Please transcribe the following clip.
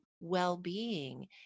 well-being